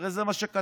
הרי זה מה שכתבנו.